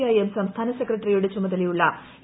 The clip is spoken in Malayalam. ഐ എം സംസ്ഥാന സെക്രട്ടറിയുടെ ചുമതലയ്ക്ള്ള് എ